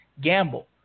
gamble